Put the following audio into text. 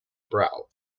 brow